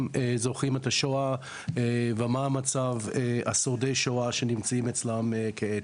זוכרים את השואה ומה מצב שורדי השואה שנמצאים אצלם כעת.